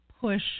push